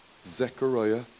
Zechariah